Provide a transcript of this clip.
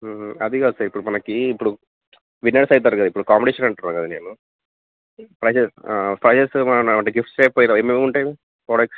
అది కాదు సార్ ఇప్పుడు మనకి ఇప్పుడు విన్నర్స్ అవుతారు కదా ఇప్పుడు కాంపిటీషన్ అంటారు కదా నీకు ప్రైజెస్ ప్రైజెస్ కొందామంటే గిఫ్ట్స్ ఏం ఏమి ఉంటాయి ప్రొడక్ట్స్